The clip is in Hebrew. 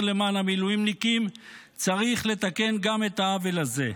למען המילואימניקים צריך לתקן גם את העוול הזה.